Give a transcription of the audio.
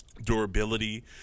durability